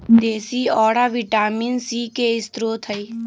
देशी औरा vitamin C के स्रोत हई